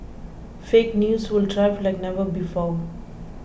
fake news will thrive like never before